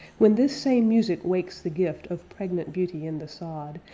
when this same music wakes the gift of pregnant beauty in the sod,